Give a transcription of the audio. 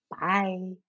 bye